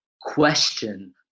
question